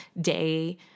day